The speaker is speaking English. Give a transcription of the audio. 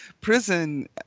prison